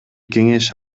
кеңеш